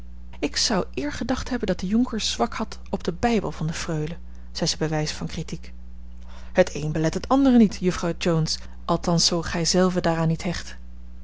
ik zou eer gedacht hebben dat de jonker zwak had op den bijbel van de freule zei ze bij wijze van critiek het eene belet het andere niet juffrouw jones althans zoo gij zelve daaraan niet hecht